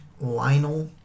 Lionel